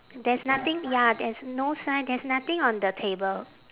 there's nothing ya there's no sign there's nothing on the table